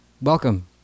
Welcome